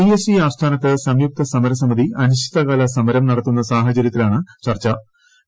P S C ആസ്ഥാനത്ത് സംയുക്ത സമരസമിതി അനിശ്ചിതകാല സമര്യ് ന്ടത്തുന്ന സാഹചര്യത്തിലാണ് ചർച്ചു